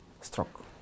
stroke